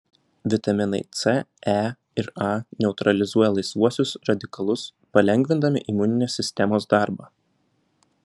vitaminai c e ir a neutralizuoja laisvuosius radikalus palengvindami imuninės sistemos darbą